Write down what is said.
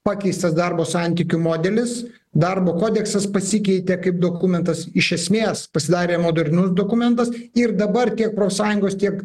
pakeistas darbo santykių modelis darbo kodeksas pasikeitė kaip dokumentas iš esmės pasidarė modernus dokumentas ir dabar tiek profsąjungos tiek